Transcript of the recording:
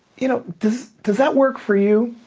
you know does does that work for you?